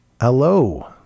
hello